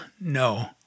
No